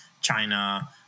China